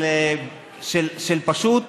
של פשוט